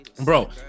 Bro